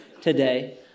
today